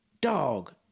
dog